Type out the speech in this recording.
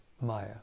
maya